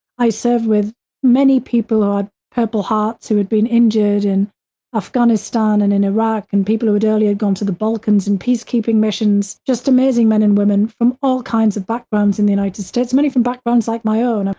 i served with many people, our purple hearts, who had been injured in afghanistan and in iraq and people who were earlier gone to the balkans and peacekeeping missions, just amazing men and women from all kinds of backgrounds in the united states, many from backgrounds like my own,